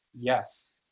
Yes